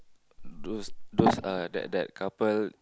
those those uh that that couple